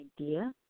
idea